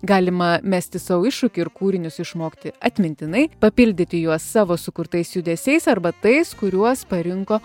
galima mesti sau iššūkį ir kūrinius išmokti atmintinai papildyti juos savo sukurtais judesiais arba tais kuriuos parinko